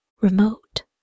Remote